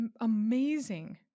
amazing